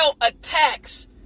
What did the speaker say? attacks